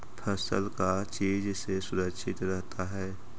फसल का चीज से सुरक्षित रहता है?